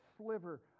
sliver